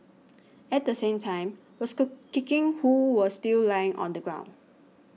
at the same time was cook kicking who was still lying on the ground